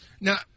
Now